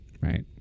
Right